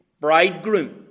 bridegroom